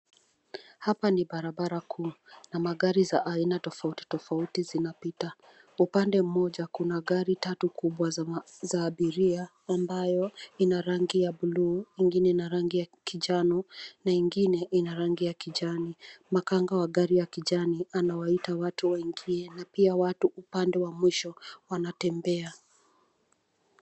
Hapa ni barabara kuu na magari za aina tofautitofauti zinapita. Upande mmoja kuna gari kubwa tatu za abiria ambayo ina rangi ya buluu, ingine ina rangi ya kinjano na ingine ina rangi ya kijani. Makanga wa gari ya kijani anawaita watu waingie na pia watu upande wa mwisho wanatembea.